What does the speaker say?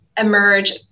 Emerge